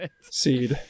seed